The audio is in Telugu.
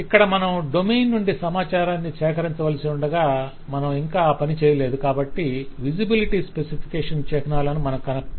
ఇక్కడ మనం డొమైన్ నుండి సమాచారాన్ని సేకరించవలసియుండగా మనం ఇంకా ఆ పని చేయలేదు కాబట్టి విజిబిలిటీ స్పెసిఫికేషన్ చిహ్నాలను మనకు కనపడవు